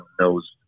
knows